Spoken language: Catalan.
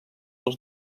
els